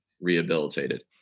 rehabilitated